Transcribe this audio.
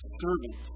servant